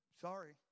Sorry